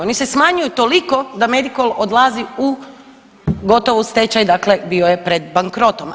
Oni se smanjuju toliko da Medikol odlazi u gotovo stečaj, dakle bio je pred bankrotom.